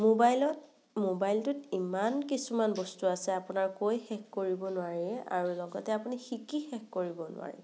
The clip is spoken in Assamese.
মোবাইলত মোবাইলটোত ইমান কিছুমান বস্তু আছে আপোনাৰ কৈ শেষ কৰিব নোৱাৰি আৰু লগতে আপুনি শিকি শেষ কৰিব নোৱাৰে